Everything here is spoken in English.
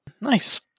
Nice